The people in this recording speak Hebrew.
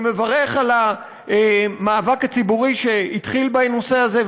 אני מברך על המאבק הציבורי שהתחיל בנושא הזה,